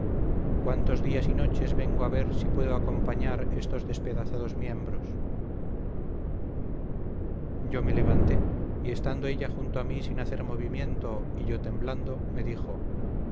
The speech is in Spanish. cuántos días y noches vengo a ver si puedo acompañar estos despedazados miembros yo me levanté y estando ella junto a mí sin hacer movimiento y yo temblando me dijo